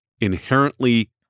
inherently